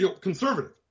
conservative